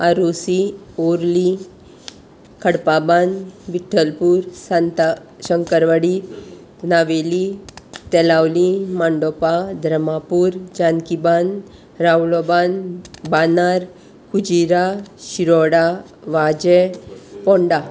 Arossim Orlim Khadpabandh Vithalpur Santa Shankarwadi Navelim Telaulim Mandopa Dharmapur Janakibandh Ravalbandh Bandar Kujira Shiroda Vaje Ponda